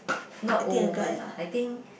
not old woman ah I think